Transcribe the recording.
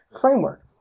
framework